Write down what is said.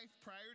prior